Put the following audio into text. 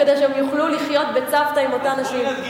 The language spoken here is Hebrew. כדי שהם יוכלו לחיות בצוותא עם אותן נשים.